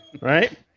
Right